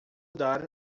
dar